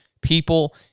people